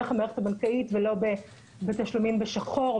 דרך המערכת הבנקאית ולא בתשלומים בשחור,